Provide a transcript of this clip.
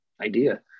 idea